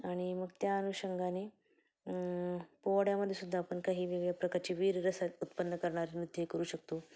आणि मग त्या अनुषंगाने पोवाड्यामध्ये सुुद्धा आपण काही वेगळ्या प्रकारचे वीररस उत्पन्न करणारे नृत्यही करू शकतो